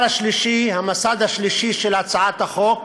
המסד השלישי של הצעת החוק